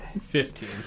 Fifteen